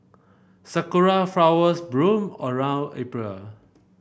sakura flowers bloom around April